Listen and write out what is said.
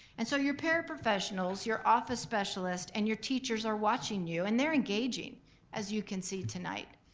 and so your paraprofessionals, your office specialists and your teachers are watching you and they're engaging as you can see tonight.